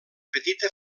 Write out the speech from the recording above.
petita